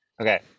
Okay